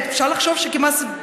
אפשר לחשוב שממש,